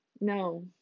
no